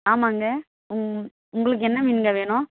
ஆமாங்க ம் உங்களுக்கு என்ன மீனுங்க வேணும்